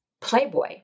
Playboy